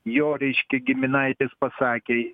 jo reiškia giminaitis pasakė